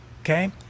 Okay